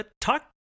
Talk